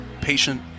Patient